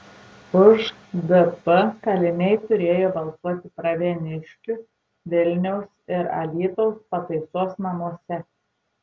už dp kaliniai turėjo balsuoti pravieniškių vilniaus ir alytaus pataisos namuose